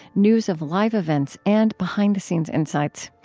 news of live events and behind the scenes insights.